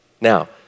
Now